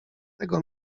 tego